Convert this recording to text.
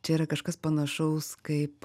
čia yra kažkas panašaus kaip